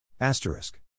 Asterisk